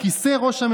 בבקשה.